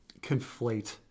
conflate